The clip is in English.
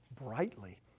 brightly